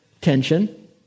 tension